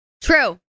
True